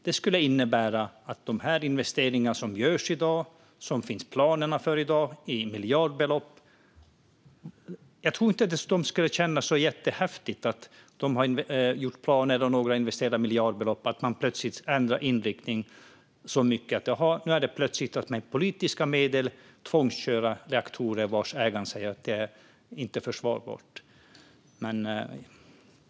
Jag tror inte att de som investerat och planerar att investera miljardbelopp i förnybart skulle uppleva det som jättehäftigt att man plötsligt ändrar inriktning och med politiska medel tvångskör reaktorer vars ägare säger att det inte är försvarbart.